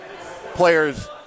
players